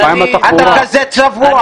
אתה כזה צבוע.